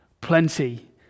plenty